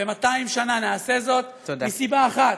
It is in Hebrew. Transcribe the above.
שנה, ב-200 שנה, נעשה זאת מסיבה אחת: